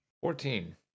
Fourteen